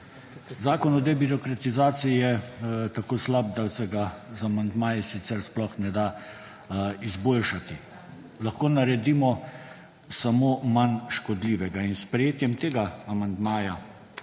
Zakon o debirokratizaciji je tako slab, da se ga z amandmaji sicer sploh ne da izboljšati, lahko ga naredimo samo manj škodljivega. S sprejetjem tega amandmaja